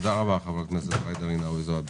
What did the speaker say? תודה, חברת הכנסת ג'ידא רינאווי זועבי.